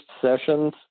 sessions –